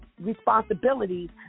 responsibilities